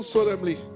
Solemnly